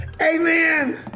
Amen